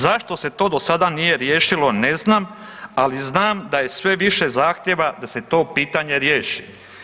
Zašto se to do sada nije riješilo ne znam, ali znam da je sve više zahtjeva da se to pitanje riješi.